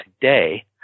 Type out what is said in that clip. today